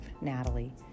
Natalie